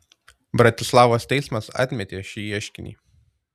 bratislavos teismas atmetė šį ieškinį